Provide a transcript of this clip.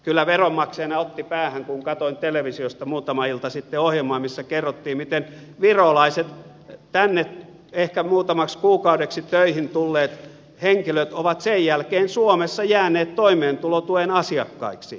kyllä veronmaksajana otti päähän kun katsoin televisiosta muutama ilta sitten ohjelmaa missä kerrottiin miten virolaiset tänne ehkä muutamaksi kuukaudeksi töihin tulleet henkilöt ovat jääneet suomessa toimeentulotuen asiakkaiksi